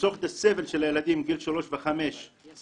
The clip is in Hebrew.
ולחסוך את הסבל של הילדים בגיל שלוש וחמש בשכונות